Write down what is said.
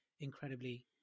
incredibly